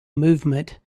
movement